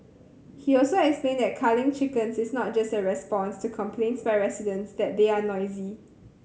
he also explained that culling chickens is not just a response to complaints by residents that they are noisy